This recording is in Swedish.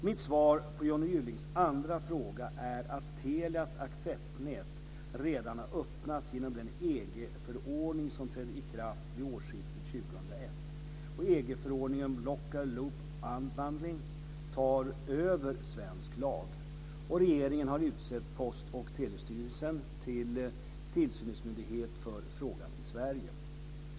Mitt svar på Johnny Gyllings andra fråga är att Telias accessnät redan har öppnats genom den EG EG-förordningen om local loop unbundling tar över svensk lag. Regeringen har utsett Post och telestyrelsen till tillsynsmyndighet för frågan i Sverige.